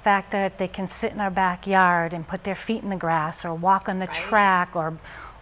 fact that they can sit in our backyard and put their feet in the grass or walk on the track or